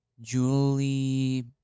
Julie